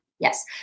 Yes